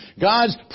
God's